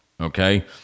okay